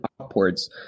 upwards